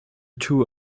two